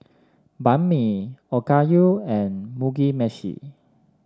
Banh Mi Okayu and Mugi Meshi